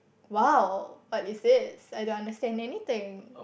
!wow! what is this I don't understand anything